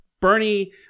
Bernie